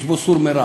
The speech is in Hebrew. יש בו "סור מרע".